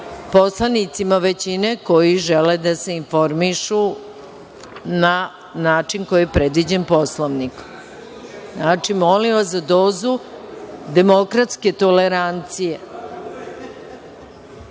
poslanicima većine koji žele da se informišu na način koji je predviđen Poslovnikom. Znači, molim vas za dozu demokratske tolerancije. Pošto